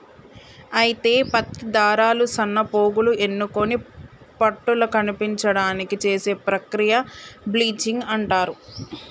అయితే పత్తి దారాలు సన్నపోగులు ఎన్నుకొని పట్టుల కనిపించడానికి చేసే ప్రక్రియ బ్లీచింగ్ అంటారు